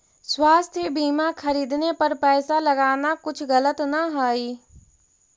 स्वास्थ्य बीमा खरीदने पर पैसा लगाना कुछ गलत न हई